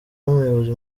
n’umuyobozi